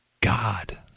God